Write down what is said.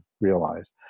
realize